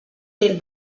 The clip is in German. den